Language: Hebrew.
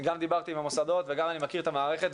גם דיברתי עם המוסדות ואני גם מכיר את המערכת,